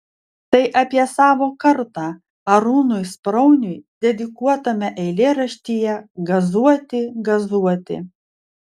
tai apie savo kartą arūnui sprauniui dedikuotame eilėraštyje gazuoti gazuoti